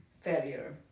failure